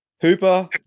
Hooper